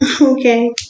Okay